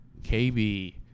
KB